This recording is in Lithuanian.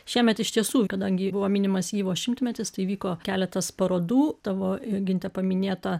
šiemet iš tiesų kadangi buvo minimas yvo šimtmetis tai įvyko keletas parodų tavo joginte paminėta